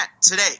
today